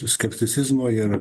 skepticizmo ir